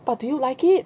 but do you like it